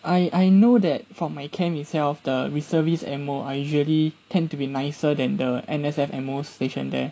I I know that from my camp itself the reservists M_Os are usually tend to be nicer than the N_S_F M_Os stationed there